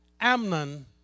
Amnon